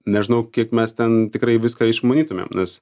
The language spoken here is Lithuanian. nežinau kiek mes ten tikrai viską išmanytumėm nes